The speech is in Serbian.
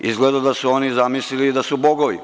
Izgleda da su oni zamislili da su bogovi.